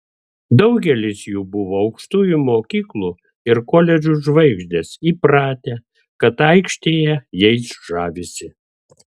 daugelis jų buvo aukštųjų mokyklų ir koledžų žvaigždės įpratę kad aikštėje jais žavisi